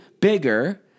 bigger